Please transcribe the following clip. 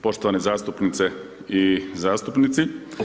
Poštovane zastupnice i zastupnici.